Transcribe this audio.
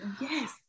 Yes